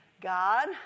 God